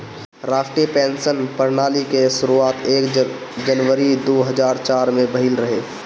राष्ट्रीय पेंशन प्रणाली के शुरुआत एक जनवरी दू हज़ार चार में भईल रहे